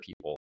people